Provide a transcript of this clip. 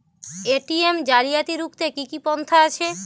ATM জালিয়াতি রুখতে কি কি পন্থা আছে?